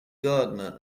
gardener